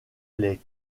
les